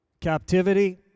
Captivity